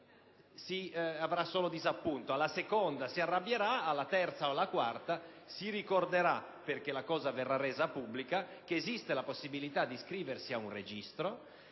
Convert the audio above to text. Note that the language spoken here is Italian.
manifesterà solo disappunto, alla seconda si arrabbierà, alla terza o alla quarta si ricorderà, perché la cosa verrà resa pubblica, che esiste la possibilità di iscriversi ad un registro